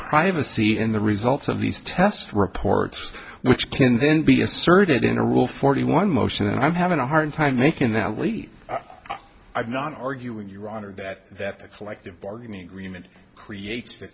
privacy in the results of these test reports which can then be asserted in a rule forty one motion and i'm having a hard time making that leap i'm not arguing your honor that that the collective bargaining agreement creates the